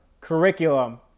Curriculum